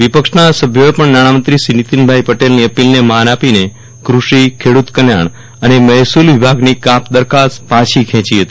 વિપક્ષના સભ્યોએ પણ નાણા મંત્રી શ્રી નીતિનભાઇ પટેલ ની અપીલને માન આપીને ક્રષિ ખેડ્રત કલ્યાણ અને મહેસૂલ વિભાગની કાપ દરખાસ્ત પાછી ખેંચી હતી